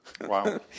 Wow